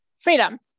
freedom